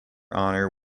honour